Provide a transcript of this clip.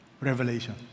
Revelation